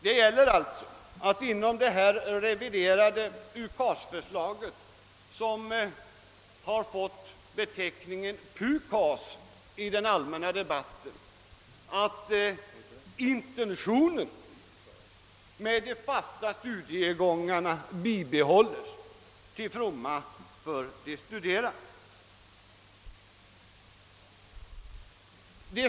Det gäller inom det reviderade UKAS-förslaget, som i den allmänna debatten har fått benämningen PUKAS, att intentionen med de fasta studiegångarna bibehålles, till fromma för de studerande.